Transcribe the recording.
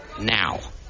now